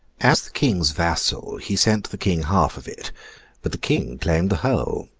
as the king's vassal, he sent the king half of it but the king claimed the whole.